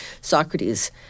Socrates